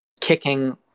kicking